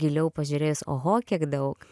giliau pažiūrėjus oho kiek daug